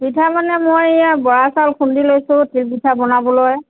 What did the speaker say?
পিঠা মানে মই এইয়া বৰা চাউল খুন্দি লৈছোঁ তিল পিঠা বনাবলৈ